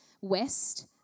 West